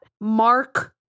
mark